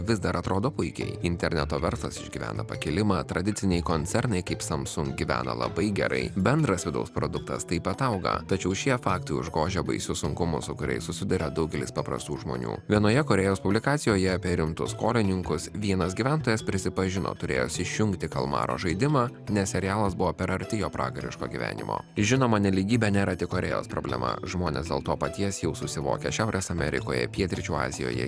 vis dar atrodo puikiai interneto verslas išgyvena pakilimą tradiciniai koncernai kaip samsung gyvena labai gerai bendras vidaus produktas taip pat auga tačiau šie faktai užgožia baisius sunkumus su kuriais susiduria daugelis paprastų žmonių vienoje korėjos publikacijoje apie rimtus skolininkus vienas gyventojas prisipažino turėjęs išjungti kalmaro žaidimą nes serialas buvo per arti jo pragariško gyvenimo žinoma nelygybė nėra tik korėjos problema žmonės dėl to paties jau susivokė šiaurės amerikoje pietryčių azijoje